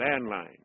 landline